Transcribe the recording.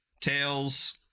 tails